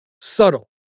Subtle